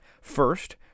First